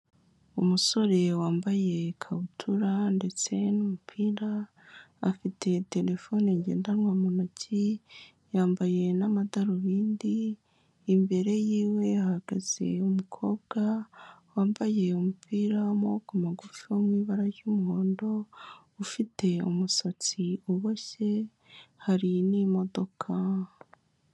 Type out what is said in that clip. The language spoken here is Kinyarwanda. Umusore wambaye ikabutura ndetse n'umupira afite terefone ngendanwa mu ntoki, yambaye n'amadarubindi imbere yiwe ahagaze umukobwa wambaye umupira w'amaguru magufi mu ibara ry'umuhondo ufite umusatsi uboshye hari n'imodoka.